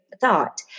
thought